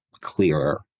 clearer